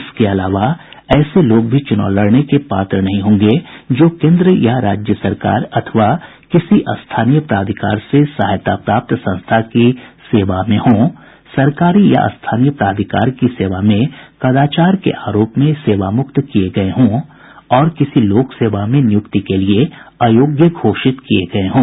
इसके अलावा ऐसे लोग भी चुनाव लड़ने के पात्र नहीं होंगे जो केन्द्र अथवा राज्य सरकार या किसी स्थानीय प्राधिकार से सहायता प्राप्त संस्था की सेवा में हों सरकारी या स्थानीय प्राधिकार की सेवा में कदाचार के आरोप में सेवामुक्त किये गये हों और किसी लोक सेवा में नियुक्ति के लिए अयोग्य घोषित किये गये हों